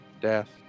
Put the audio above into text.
Death